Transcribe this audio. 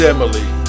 Emily